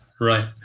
Right